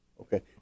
Okay